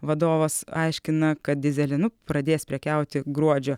vadovas aiškina kad dyzelinu pradės prekiauti gruodžio